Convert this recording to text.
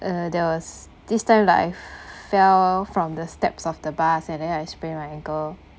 uh there was this time like I fell from the steps of the bus at then I sprain my ankle